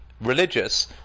religious